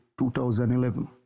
2011